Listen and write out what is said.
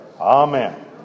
amen